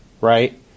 right